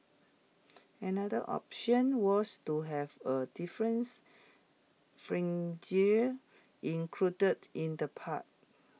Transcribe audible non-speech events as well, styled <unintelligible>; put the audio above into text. another option was to have A difference <unintelligible> included in the pack